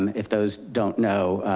if those don't know,